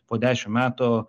po dešim metų